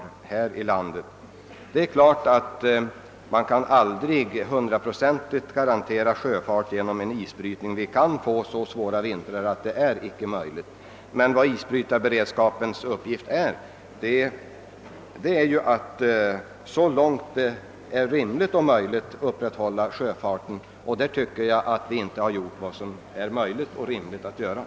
Självfallet går det inte att genom isbrytning hundraprocentigt garantera sjöfart — vi kan få så svåra vintrar att det inte låter sig göra. Men isbrytarorganisationens uppgift är ju att så långt det är rimligt och möjligt upprätthålla sjöfarten. Därvidlag anser jag att regeringen inte har gjort vad som bort göras.